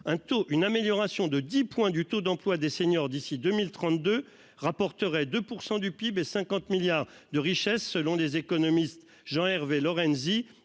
une amélioration de 10 points du taux d'emploi des seniors d'ici 2032 rapporterait 2% du PIB et 50 milliards de richesse selon des économistes. Jean-Hervé Lorenzi